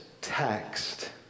text